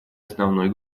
основной